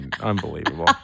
Unbelievable